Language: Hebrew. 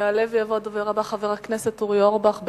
יעלה ויבוא הדובר הבא, חבר הכנסת אורי אורבך.